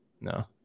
No